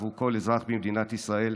עבור כל אזרח במדינת ישראל,